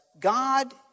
God